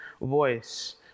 voice